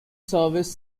service